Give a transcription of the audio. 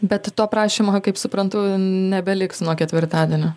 bet to prašymo kaip suprantu nebeliks nuo ketvirtadienio